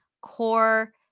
core